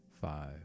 five